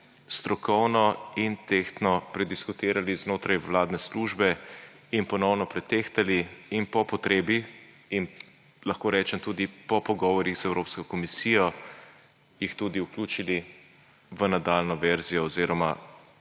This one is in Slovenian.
strokovno in tehtno prediskutirali znotraj vladne službe in ponovno pretehtali in po potrebi in lahko rečem, tudi po pogovorih z Evropsko komisijo, jih tudi vključili v nadaljnjo verzijo oziroma